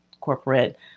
corporate